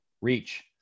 Reach